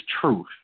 truth